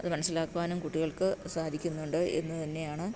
അത് മനസ്സിലാക്കുവാനും കുട്ടികൾക്ക് സാധിക്കുന്നുണ്ട് എന്ന് തന്നെയാണ്